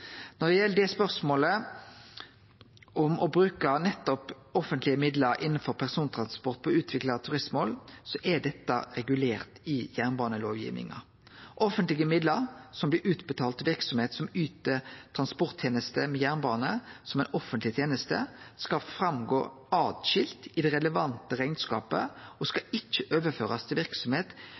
Når det gjeld spørsmålet om å bruke offentlege midlar innanfor persontransport på å utvikle turistmål, er dette regulert i jernbanelovgivinga. Offentlege midlar som blir utbetalte til verksemd som yter transporttenester med jernbane som ei offentleg teneste, skal gå fram kvar for seg i det relevante rekneskapet, og dei skal ikkje overførast til